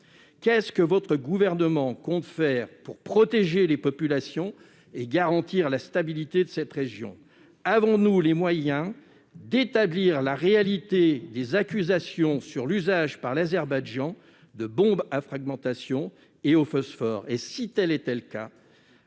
Qu'est-ce que votre gouvernement compte faire pour protéger les populations et garantir la stabilité de cette région ? Avons-nous les moyens d'établir la réalité des accusations sur l'usage par l'Azerbaïdjan de bombes à fragmentation et au phosphore ?